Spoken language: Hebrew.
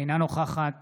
אינה נוכחת